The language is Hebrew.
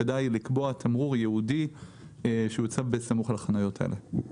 כדאי לקבוע תמרור ייעודי שיוצב בסמוך לחניות האלה.